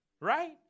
Right